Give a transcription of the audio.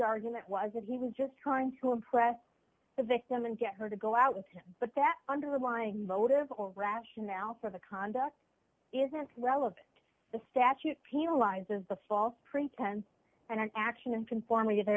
argument was that he was just trying to impress the victim and get her to go out with but that underlying motive or rationale for the conduct isn't relevant to the statute penalizes the false pretense and action and conform